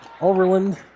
Overland